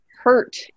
hurt